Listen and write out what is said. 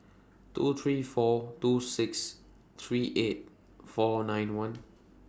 two three four two six three eight four nine one